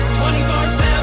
24-7